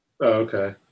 okay